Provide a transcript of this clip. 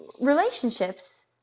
relationships